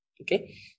Okay